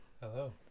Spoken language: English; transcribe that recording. Hello